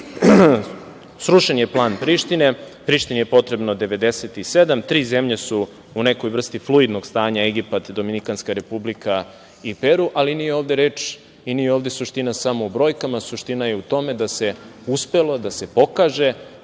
srušen je plan Prištine, Prištini je potrebno 97, tri zemlje su u nekoj vrsti fluidnog stanja Egipat, Dominikanska Republika i Peru, ali nije ovde reč i nije ovde i nije ovde suština samo u brojkama. Suština je u tome da se uspelo, da se pokaže,